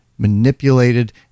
manipulated